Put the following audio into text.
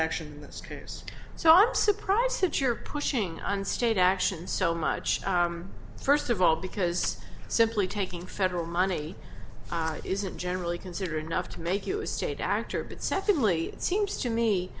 this case so i'm surprised that you're pushing on state action so much first of all because simply taking federal money isn't generally considered enough to make you a state actor but secondly it seems to me